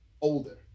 older